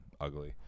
ugly